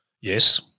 Yes